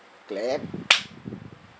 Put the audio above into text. clap